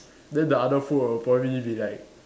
then the other food will probably be like